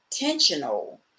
intentional